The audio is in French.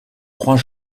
trois